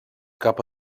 cap